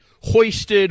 hoisted